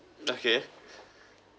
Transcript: okay